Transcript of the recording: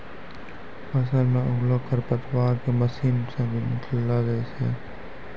फसल मे उगलो खरपतवार के मशीन से भी निकालो जाय छै